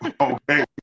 Okay